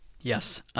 Yes